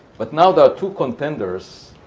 but now there are two contenders,